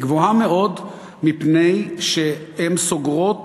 היא גבוהה מאוד מפני שהן סוגרות